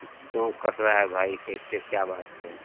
कि क्यों कट रहा है भाई कैसे क्या बात है